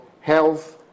health